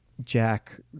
Jack